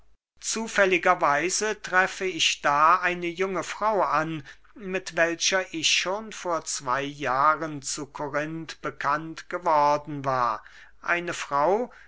weise treffe ich da eine junge frau an mit welcher ich schon vor zwey jahren zu korinth bekannt geworden war eine frau